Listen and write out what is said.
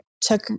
took